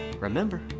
remember